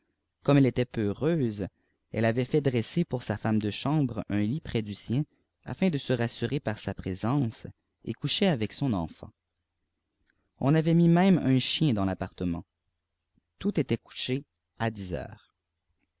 comme elle était peureuse elle avait fait dresser pour sa femme de chambre un lit près du sien afin de se rassurer par sa présence et couchait avec soa enfant on avait mismme un ctien dans l'appartement tout était couché à dix heures